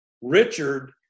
Richard